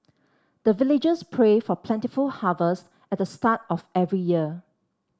the villagers pray for plentiful harvest at the start of every year